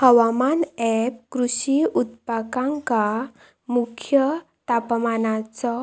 हवामान ऍप कृषी उत्पादकांका मुख्य तापमानाचो